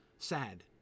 Sad